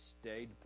stayed